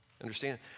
Understand